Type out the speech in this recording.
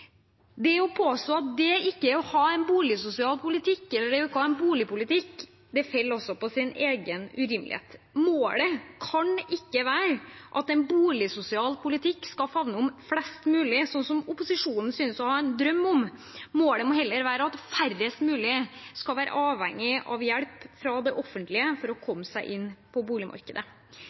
Det å påstå at det ikke er å ha en boligsosial politikk, eller ikke å ha en boligpolitikk, faller også på sin egen urimelighet. Målet kan ikke være at en boligsosial politikk skal favne om flest mulige, som opposisjonen synes å ha en drøm om. Målet må heller være at færrest mulig skal være avhengig av hjelp fra det offentlige for å komme seg inn på boligmarkedet.